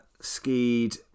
skied